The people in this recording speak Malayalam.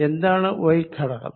എന്താണ് y ഘടകം